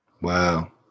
wow